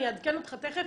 אני אעדכן אותך תיכף.